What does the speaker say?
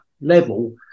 level